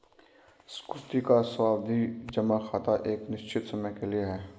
सुकृति का सावधि जमा खाता एक निश्चित समय के लिए है